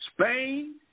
Spain